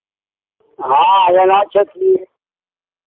हँ एनो छथि